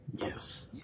Yes